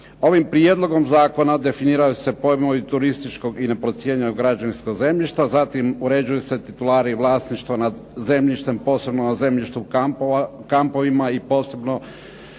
Ovim prijedlogom zakona definiraju se pojmovi turističkog i neprocijenjenog građevinskog zemljišta, zatim uređuju se titulari vlasništva nad zemljištem, posebno na zemljištu kampovima i posebno